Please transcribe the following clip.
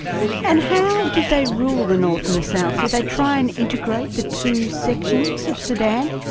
and how did they rule the north and the south? did they try and integrate the two sections of sudan?